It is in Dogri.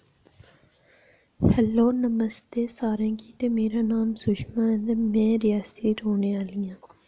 हैल्लो नमस्ते सारें गी ते मेरा नाम सुशमा ऐ ते में रियासी दी रोह्ने आह्ली आं